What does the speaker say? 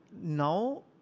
now